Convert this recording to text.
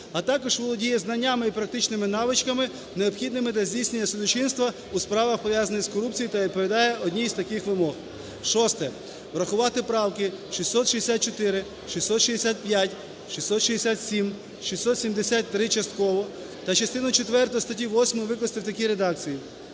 а також володіє знаннями і практичними навичками, необхідними для здійснення судочинства у справах, пов'язаних з корупцією, та відповідає одній із таких вимог:" Шосте. Врахувати правки 664, 665, 667, 673 частково та частину четверту статті 8 викласти в такій редакції: